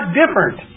different